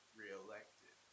re-elected